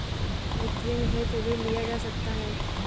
वित्तीयन हेतु ऋण लिया जा सकता है